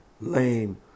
lame